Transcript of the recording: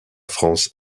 france